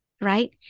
Right